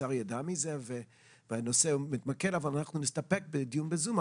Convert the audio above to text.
אנחנו נסתפק בדיון בזום.